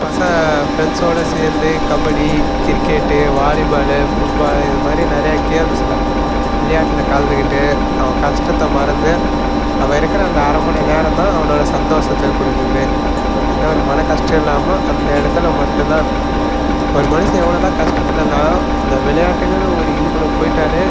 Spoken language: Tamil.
பசங்கள் ஃப்ரெண்ட்ஸோடு சேர்ந்து கபடி கிரிக்கெட்டு வாலிபாலு ஃபுட்பாலு இது மாதிரி நிறையா கேம்ஸில் விளையாட்டில் கலந்துக்கிட்டு அவன் கஷ்டத்தை மறந்து அவன் இருக்கிற அந்த அரை மணி நேரம் தான் அவனால் சந்தோஷத்த குடுக்கும் எந்த ஒரு மன கஷ்டம் இல்லாமல் அந்த இடத்துல மட்டும் தான் ஒரு மனுஷன் எவ்வளோ தான் கஷ்டத்தில் இருந்தாலும் அந்த விளையாட்டுங்கிற ஒரு இதுக்குள்ள போய்ட்டாலே